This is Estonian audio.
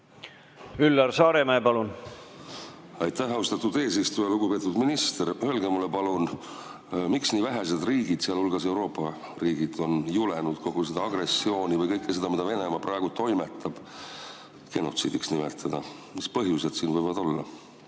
Üllar Saaremäe, palun! Aitäh, austatud eesistuja! Lugupeetud minister! Öelge mulle palun, miks nii vähesed riigid, sealhulgas Euroopa riigid, on julgenud kogu seda agressiooni või kõike seda, mida Venemaa praegu toimetab, genotsiidiks nimetada? Mis põhjused siin võivad olla,